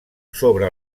sobre